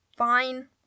Fine